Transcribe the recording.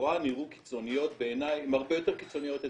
שלכאורה נראו קיצוניות בעיניי הן הרבה יותר קיצוניות אצלם.